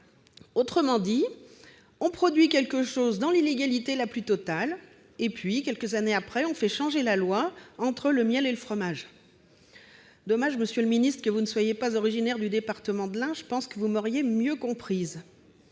Autrement dit, on produit quelque chose dans l'illégalité la plus totale, et, quelques années après, on fait changer la loi, entre le miel et le fromage ... Il est dommage, monsieur le ministre, que vous ne soyez pas originaire de l'Ain ! Je pense que vous m'auriez mieux comprise.